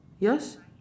yours